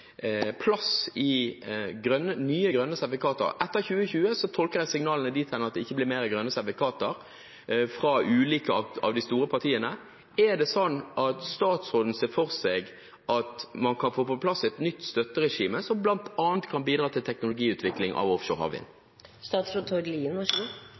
plass i nye grønne sertifikater. Jeg tolker signalene fra de ulike store partiene dit hen at det etter 2020 ikke blir flere grønne sertifikater. Ser statsråden for seg at man kan få på plass et nytt støtteregime, som bl.a. kan bidra til teknologiutvikling av offshore